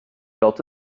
built